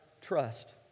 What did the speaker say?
trust